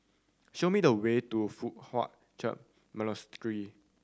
show me the way to Foo Hai Ch'an Monastery